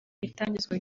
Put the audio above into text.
itangizwa